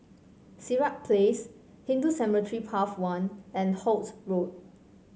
Sirat Place Hindu Cemetery Path one and Holt Road